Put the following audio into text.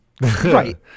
Right